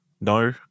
No